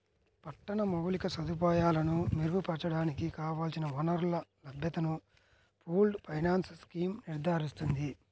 పట్టణ మౌలిక సదుపాయాలను మెరుగుపరచడానికి కావలసిన వనరుల లభ్యతను పూల్డ్ ఫైనాన్స్ స్కీమ్ నిర్ధారిస్తుంది